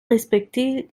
respecté